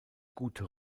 gute